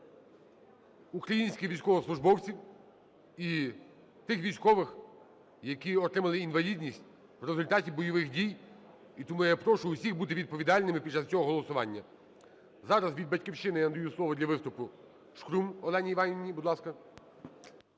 українських військовослужбовців і тих військових, які отримали інвалідність у результаті бойових дій. І тому я прошу всіх бути відповідальними під час цього голосування. Зараз від "Батьківщини" я надаю слово для виступу Шкрум Альоні Іванівні,